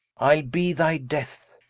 ile be thy death.